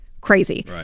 crazy